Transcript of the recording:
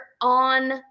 on